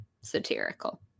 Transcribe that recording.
satirical